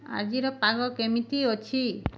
ଆଜିର ପାଗ କେମିତି ଅଛି